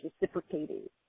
reciprocated